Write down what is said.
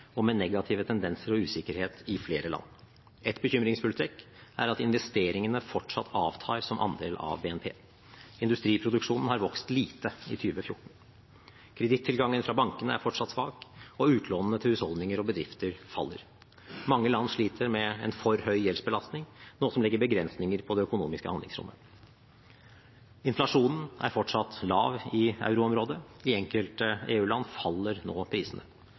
med negative tendenser og usikkerhet i flere land. Et bekymringsfullt trekk er at investeringene fortsatt avtar som andel av BNP. Industriproduksjonen har vokst lite i 2014. Kredittilgangen fra bankene er fortsatt svak, og utlånene til husholdninger og bedrifter faller. Mange land sliter med en for høy gjeldsbelastning, noe som legger begrensninger på det økonomiske handlingsrommet. Inflasjonen er fortsatt lav i euroområdet. I enkelte EU-land faller nå prisene.